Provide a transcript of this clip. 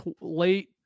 late